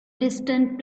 distant